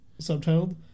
subtitled